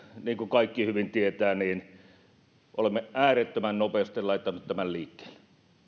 niin kuin kaikki hyvin tietävät olemme äärettömän nopeasti laittaneet tämän liikkeelle